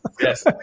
yes